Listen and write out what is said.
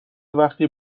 وقتی